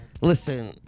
listen